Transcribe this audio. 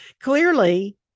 clearly